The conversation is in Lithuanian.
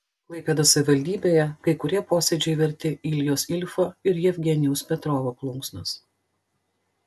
klaipėdos savivaldybėje kai kurie posėdžiai verti iljos ilfo ir jevgenijaus petrovo plunksnos